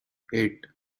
eight